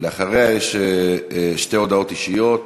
אחריה יש שתי הודעות אישיות,